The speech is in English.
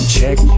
Check